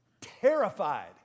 terrified